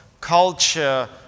culture